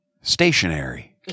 Stationary